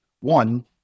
one